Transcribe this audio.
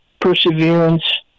perseverance